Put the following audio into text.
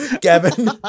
Gavin